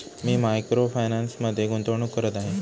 मी micro फायनान्समध्ये गुंतवणूक करत आहे